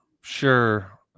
Sure